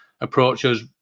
approaches